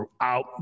throughout